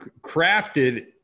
crafted